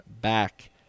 back